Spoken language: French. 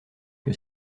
que